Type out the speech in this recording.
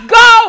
go